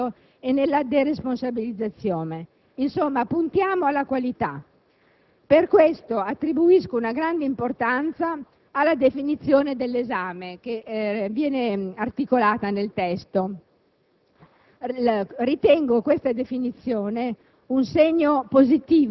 quando invece gli obiettivi si abbassano, tutto si appiattisce nell'indifferenziato e nella deresponsabilizzazione. Insomma, puntiamo alla qualità. Per questo attribuisco una grande importanza alla definizione di esame che viene articolata nel testo.